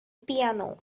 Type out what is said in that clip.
piano